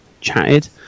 chatted